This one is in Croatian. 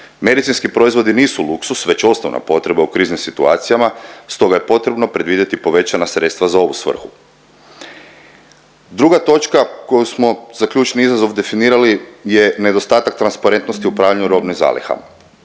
Medicinski proizvodi nisu luksuz već osnovna potreba u kriznim situacijama, stoga je potrebno predvidjeti povećana sredstva za ovu svrhu. Druga točka koju smo za ključni izazov definirali je nedostatak transparentnosti u upravljanju robnih zaliha.